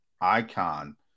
icon